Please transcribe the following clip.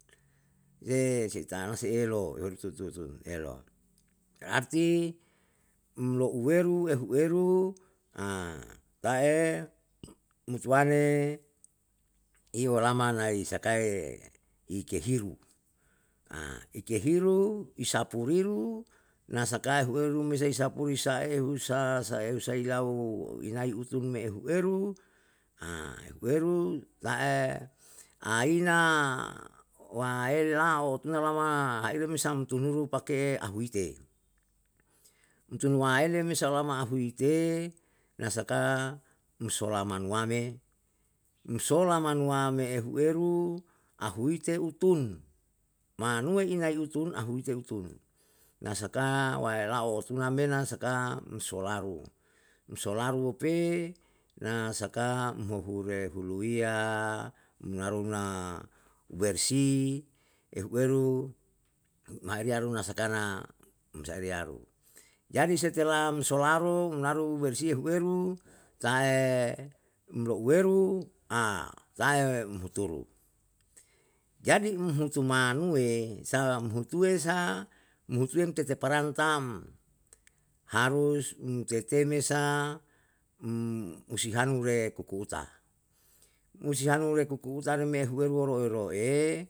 Ye si ta'ana si elo yori tu tut elo, berarti, umleuweru uhuwerun ta'e mutuwane iyo walama nai sakae ikehiru, ikehiru, isapuiru nasakae hueru me isapu isaehu sa, saehu lau inai utu me ehu eru, ehueru ta'e aina waele la'o tuna lama haile me sam tuhuru pake ahuite. umtuwaele me salama ahuite na saka musolamanuwame, musolamanuwame ehuweru ahuite utun, maine ina utun ahuite utun, na saka waela'o otuna me saka umsolaru, umsolaru upe, na sak muhure huluwiya um naru na bersih ehu eru mahiyaru na saka na umsae riyaru. Jadi seteah umsolaru umnaru bersih ehu eru tae umleuweru, tae umhutur. jadi umhutu manuwe salam hutuwe sa umhutuwe teteparang tam, harus umteteme sa umhusinaru re kuku uta, umusunaru me kuku uta re me hueru me roe roe